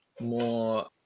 more